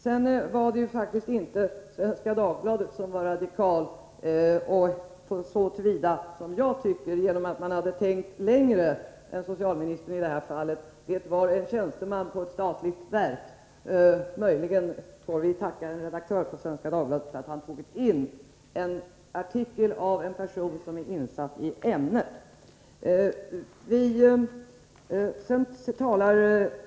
Sedan var det faktiskt inte Svenska Dagbladet som var radikalt, så som jag uppfattar ordet, genom att man hade tänkt längre än socialministern i det här fallet, utan det var en tjänsteman i ett statligt verk. Möjligen får vi tacka redaktören för Svenska Dagbladet för att han tagit in en artikel av en person som är insatt i ämnet.